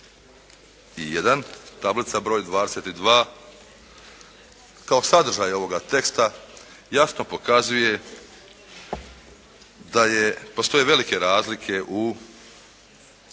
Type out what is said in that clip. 71, tablica broj 22, kao sadržaj ovoga teksta jasno pokazuje da je, postoje velike razlike u fiskalnim